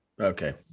Okay